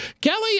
Kelly